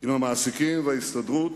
עם המעסיקים וההסתדרות,